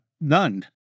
None